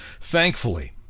Thankfully